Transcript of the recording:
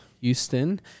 Houston